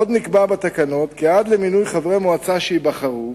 עוד נקבע בתקנות כי עד למינוי חברי מועצה שייבחרו